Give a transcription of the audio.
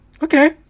okay